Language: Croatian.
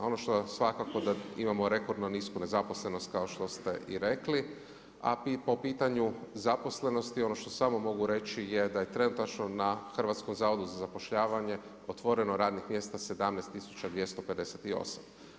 Ono što svakako da imamo rekordno nisku nezaposlenost kao što ste i rekli, a po pitanju zaposlenosti ono što samo mogu reći je da je trenutačno na Hrvatskom zavodu za zapošljavanje otvoreno radnih mjesta 17258.